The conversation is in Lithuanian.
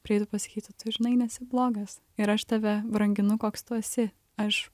prieitų ir pasakytų tu žinai nesi blogas ir aš tave branginu koks tu esi aš